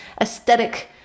aesthetic